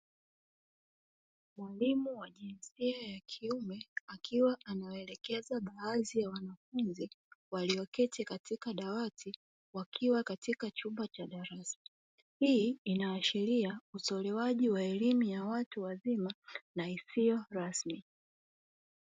Mwalimu wa jinsia ya kiume akiwa anawaelekeza baadhi ya wanafunzi walioketi katika dawati wakiwa katika chumba cha darasa. Hii inaashiria utolewaji waelimu ya watu wazima na isiyo rasmi.